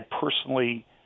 personally